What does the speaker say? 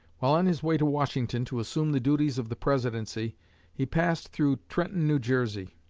while on his way to washington to assume the duties of the presidency he passed through trenton, new jersey,